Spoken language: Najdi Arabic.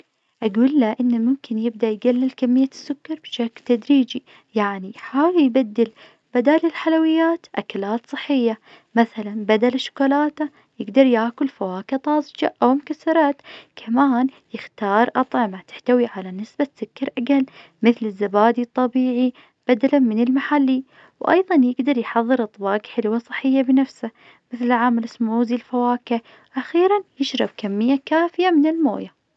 قوله إن ممكن يبدأ يقلل كمية السكر بشكل تدريجي, يعني يحاول يبدال بدل الحلويات أكلات صحية, مثلا, بدال الشكولاتة يقدر ياكل فواكه طازجة أو مكسرات, كمان يختار أطعمة تحتوي على نسبة سكر أقل, مثل الزبادي الطبيعي بدلاً من المحلي, وأيضاً يقدر يحضر أطباق حلوة صحية بنفسه, مثل عامل اسموزي الفواكه, أخيراً, يشرب كمية كافية من الموية.